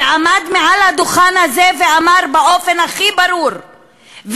ועמד מעל הדוכן הזה ואמר באופן הכי ברור,